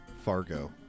Fargo